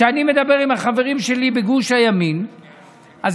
כשאני מדבר עם החברים שלי בגוש הימין אז